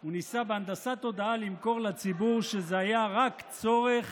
הוא ניסה בהנדסת תודעה למכור לציבור שזה היה רק צורך